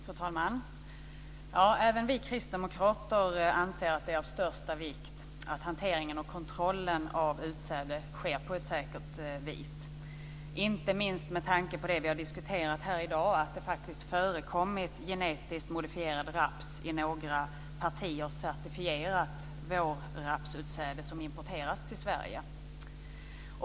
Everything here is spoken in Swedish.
Fru talman! Även vi kristdemokrater anser att det är av största vikt att hanteringen och kontrollen av utsäde sker på ett säkert vis, inte minst med tanke på det som vi har diskuterat här i dag, att det faktiskt har förekommit genetiskt modifierad raps i några partier certifierat vårrapsutsäde som har importerats till Sverige.